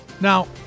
Now